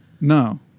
No